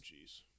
jeez